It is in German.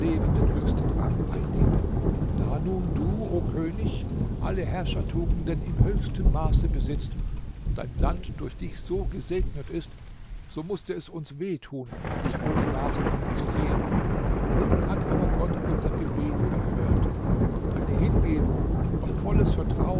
den höchsten rang einnehme da nun du o könig alle herrschertugenden im höchsten maße besitzt und dein land durch dich so gesegnet ist so mußte es uns weh tun dich ohne nachkommen zu sehen nun hat aber gott unser gebet erhört deine hingebung und volles vertrauen